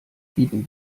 bieten